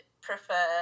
prefer